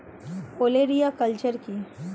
ওলেরিয়া কালচার কি?